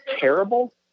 terrible